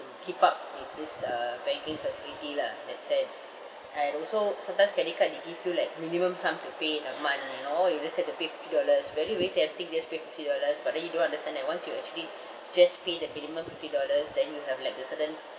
keep up in this uh banking facility lah in that sense and also sometimes credit card they give you like minimum sum to pay in a month you know you just have to pay fifty dollars very very tempting to just pay fifty dollars but then you do understand that once you actually just pay the minimum fifty dollars then you have like a certain